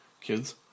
Kids